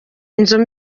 inzu